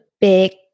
big